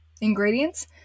ingredients